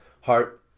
Heart